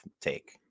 take